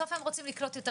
בסוף הם רוצים לקלוט יותר